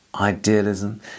idealism